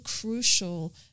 crucial